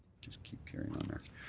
just keep carrying on.